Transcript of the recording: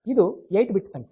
ಇದು 8 ಬಿಟ್ ಸಂಖ್ಯೆ